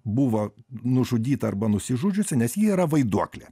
buvo nužudyta arba nusižudžiusi nes ji yra vaiduoklė